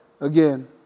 again